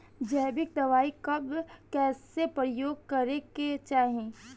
जैविक दवाई कब कैसे प्रयोग करे के चाही?